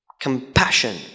compassion